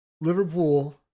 Liverpool